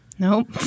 Nope